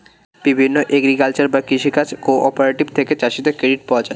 বিভিন্ন এগ্রিকালচারাল বা কৃষি কাজ কোঅপারেটিভ থেকে চাষীদের ক্রেডিট পাওয়া যায়